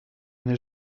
n’ai